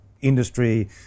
industry